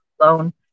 alone